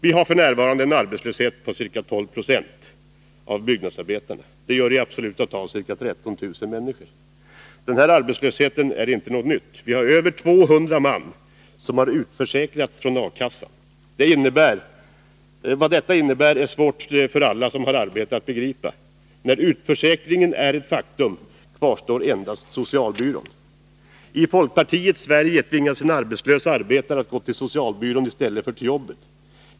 Vi har f. n. en arbetslöshet på ca 12 96 av byggnadsarbetarna. Det gör i absoluta tal ca 13 000 människor. Denna arbetslöshet är inget nytt. Vi har över 200 man som har utförsäkrats från A-kassan. Vad detta innebär är svårt för alla som har arbete att begripa. När utförsäkringen är ett faktum kvarstår endast socialbyrån. I folkpartiets Sverige tvingas en arbetslös arbetare att gå till socialbyrån i stället för till jobbet.